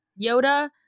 Yoda